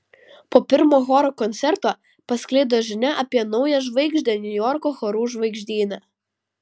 po pirmo choro koncerto pasklido žinia apie naują žvaigždę niujorko chorų žvaigždyne